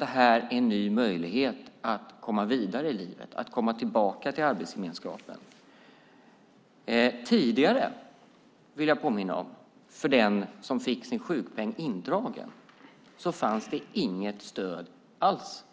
det här är en ny möjlighet att komma vidare i livet, att komma tillbaka till arbetsgemenskapen. Jag vill påminna om att tidigare för den som fick sin sjukpenning indragen fanns det inget stöd alls.